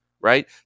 right